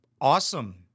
awesome